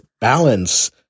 balance